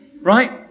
Right